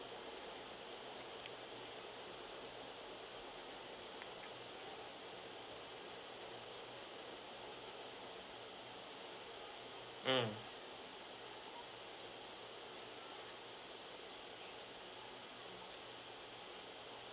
mm